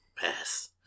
Pass